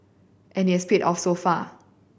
and its paid off so far